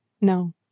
No